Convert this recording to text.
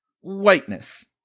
whiteness